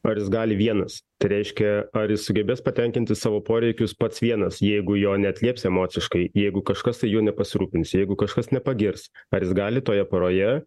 ar jis gali vienas tai reiškia ar jis sugebės patenkinti savo poreikius pats vienas jeigu jo neatlieps emociškai jeigu kažkas tai juo nepasirūpins jeigu kažkas nepagirs ar jis gali toje poroje